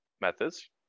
methods